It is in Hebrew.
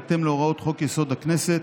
ובהתאם להוראות חוק-יסוד: הכנסת,